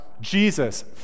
Jesus